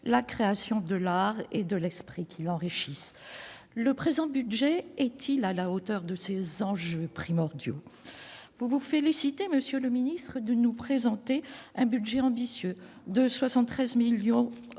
oeuvres de l'art et de l'esprit qui l'enrichissent ». Le présent budget est-il à la hauteur de ces enjeux primordiaux ? Vous vous félicitez, monsieur le ministre, de nous présenter un budget ambitieux, en hausse de 73 millions d'euros,